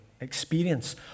experience